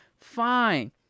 fine